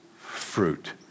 fruit